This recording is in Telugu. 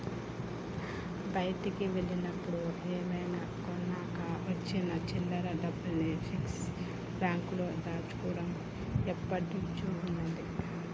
బయటికి వెళ్ళినప్పుడు ఏమైనా కొనగా వచ్చిన చిల్లర డబ్బుల్ని పిగ్గీ బ్యాంకులో దాచుకోడం ఎప్పట్నుంచో ఉన్నాది